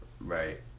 Right